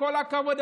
כל הכבוד,